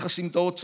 אך הסמטאות צרות,